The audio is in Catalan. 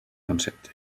concepte